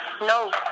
No